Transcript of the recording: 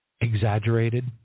exaggerated